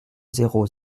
zéro